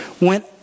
went